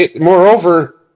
Moreover